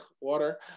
water